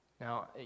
Now